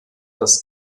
das